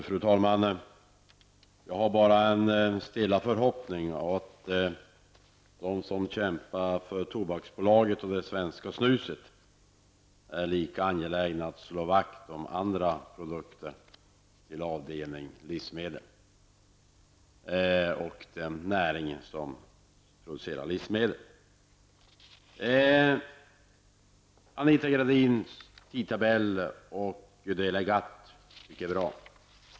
Fru talman! Jag när en stilla förhoppning om att de som kämpar för Tobaksbolaget och det svenska snuset är lika angelägna att slå vakt om andra produkter på avdelningen livsmedel. Jag tänker alltså på den näring som producerar livsmedel. Anita Gradins tidtabell när det gäller GATT är mycket bra.